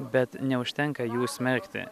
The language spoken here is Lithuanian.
bet neužtenka jų smerkti